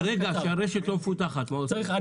כרגע, כשהרשת לא מפותחת, מה עושים?